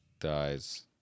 dies